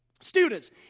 Students